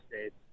states